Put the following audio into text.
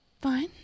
Fine